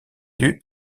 due